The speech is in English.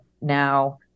now